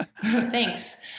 thanks